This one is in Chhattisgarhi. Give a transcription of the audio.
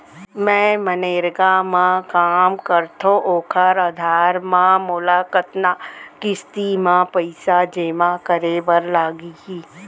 मैं मनरेगा म काम करथो, ओखर आधार म मोला कतना किस्ती म पइसा जेमा करे बर लागही?